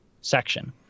section